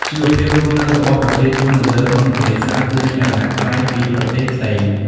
ជីវភាពរស់នៅរបស់ប្រជាជននៅលើបឹងទន្លេសាបគឺមានលក្ខណៈផ្លែកពីប្រទេសផ្សេង។